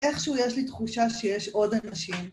איכשהו יש לי תחושה שיש עוד אנשים